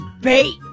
bait